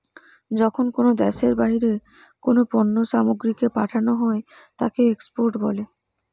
যখন কোনো দ্যাশের বাহিরে কোনো পণ্য সামগ্রীকে পাঠানো হই তাকে এক্সপোর্ট বলে